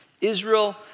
Israel